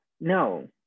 no